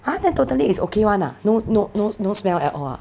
ha then totally it's okay [one] ah no no no no smell at all